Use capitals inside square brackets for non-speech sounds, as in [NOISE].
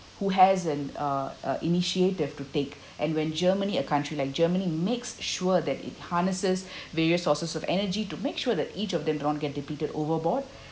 who has an uh uh initiative to take and when germany a country like germany makes sure that it harnesses [BREATH] various sources of energy to make sure that each of them don't get depleted overboard